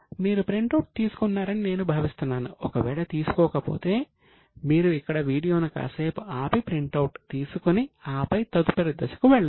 మీరు print out తీసుకున్నారని నేను భావిస్తున్నాను ఒకవేళ తీసుకోకపోతే మీరు ఇక్కడ వీడియోను కాసేపు ఆపి ప్రింట్ అవుట్ తీసుకుని ఆపై తదుపరి దశకు వెళ్ళండి